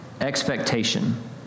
expectation